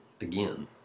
again